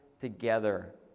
together